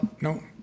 no